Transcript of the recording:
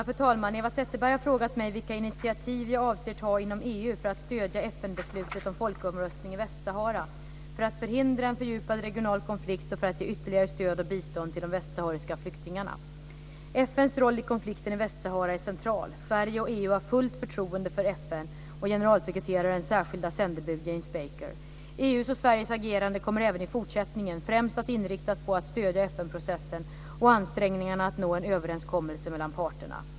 Fru talman! Eva Zetterberg har frågat mig vilka initiativ jag avser ta inom EU för att stödja FN beslutet om folkomröstning i Västsahara, för att förhindra en fördjupad regional konflikt och för att ge ytterligare stöd och bistånd till de västsahariska flyktingarna. FN:s roll i konflikten i Västsahara är central. Sverige och EU har fullt förtroende för FN och generalsekreterarens särskilda sändebud James Baker. EU:s och Sveriges agerande kommer även i fortsättningen främst att inriktas på att stödja FN-processen och ansträngningarna att nå en överenskommelse mellan parterna.